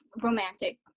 romantic